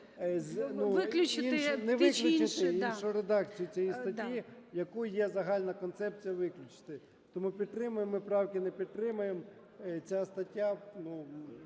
виключити, іншу редакцію цієї статті, яку є загальна концепція виключити. Тому підтримаємо ми правки, не підтримаємо – ця стаття